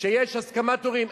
כשיש הסכמת הורים.